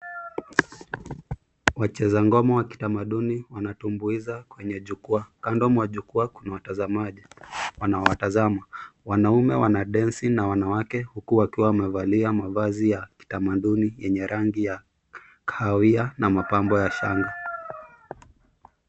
Wacheza ngoma ya kitamaduni wanatumbuiza kwenye jukwaa. Kando mwa jukwaa kuna watazamaji wanawatazama. Wanaume wandensi na wanawake huku wakiwa wamevalia mavazi ya kitamaduni yenye rangi ya kahawia na mapambo ya shanga.